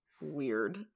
weird